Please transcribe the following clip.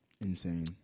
Insane